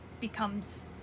becomes